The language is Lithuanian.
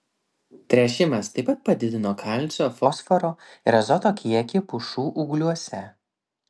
tręšimas taip pat padidino kalcio fosforo ir azoto kiekį pušų ūgliuose